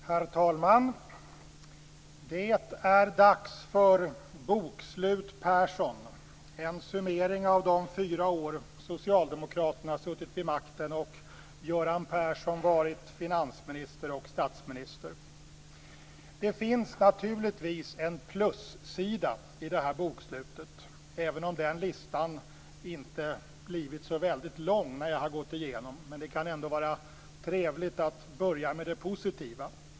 Herr talman! Det är dags för bokslut Persson, en summering av de fyra år socialdemokraterna har suttit vid makten och Göran Persson varit finansminister och statsminister. Det finns naturligtvis en plussida i det här bokslutet, även om den listan inte blivit så väldigt lång vid min genomgång. Det kan ändå vara trevligt att börja med det positiva.